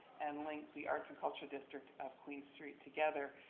and link the arts and culture district of queen's street together.